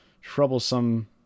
troublesome